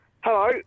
Hello